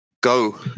go